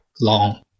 long